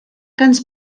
ganz